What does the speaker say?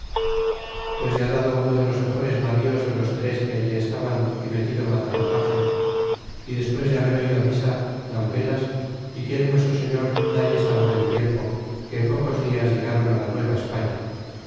pues ya dado uno de los mejores navíos de los tres que allí estaban y metido matalotage y despues de haber oido misa dan velas y quiere nuestro señor dalles tan buen tiempo que en pocos dias ilegáron la